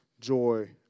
joy